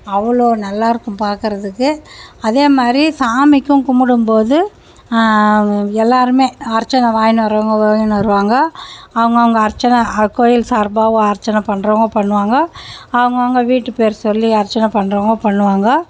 அவ்வளோ நல்லாயிருக்கும் பார்க்கறதுக்கு அதே மாதிரி சாமிக்கும் கும்பிடும்போது எல்லாருமே அர்ச்சனை வாங்கின்னு வருவாங்க வாங்கின்னு வருவாங்க அவங்கவுங்க அர்ச்சனை கோயில் சார்பாக அர்ச்சனை பண்றவங்க பண்ணுவாங்க அவுங்கவங்க வீட்டு பேரை சொல்லி அர்ச்சனை பண்றவங்க பண்ணுவாங்க